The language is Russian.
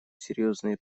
серьезные